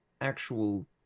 actual